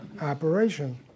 operation